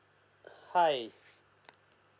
hi